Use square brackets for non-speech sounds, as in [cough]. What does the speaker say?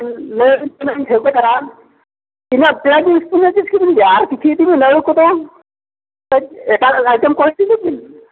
ᱞᱟᱹᱭᱟᱵᱮᱱ ᱠᱟᱹᱱᱟᱹᱧ ᱴᱷᱟᱹᱣᱠᱟᱹ ᱫᱷᱟᱨᱟ ᱛᱤᱱᱟᱹᱜ [unintelligible] ᱟᱨ ᱠᱤᱪᱷᱩ ᱤᱫᱤ ᱵᱮᱱ ᱟᱹᱞᱩ ᱠᱚᱫᱚ ᱮᱴᱟᱜ ᱟᱭᱴᱮᱢ ᱠᱚᱫᱚ ᱤᱫᱤ ᱧᱚᱜ ᱵᱤᱱ